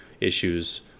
issues